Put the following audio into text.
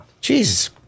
Jesus